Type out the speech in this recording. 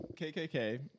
KKK